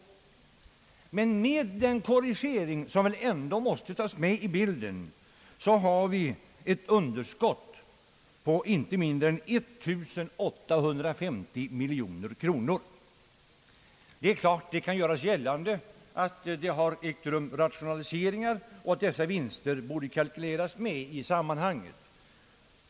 Men med den korrigering som väl ändå måste tas med i bilden har vi ett underskott på inte mindre än 1850 miljoner kronor. Det kan självfallet göras gällande att det har ägt rum rationaliseringar under tiden och att de vinster som därigenom gjorts borde ingå i kalkylen.